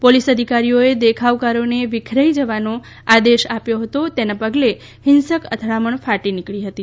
police અધિકારીઓએ દેખાવકારોને વિખેરાઈ જવાનો આદેશ આપ્યો હતો તેના પગલે હિંસક અથડામણ ફાટી નિકળી હતી